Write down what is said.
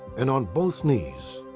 and on both knees.